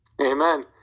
Amen